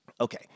Okay